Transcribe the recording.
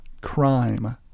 crime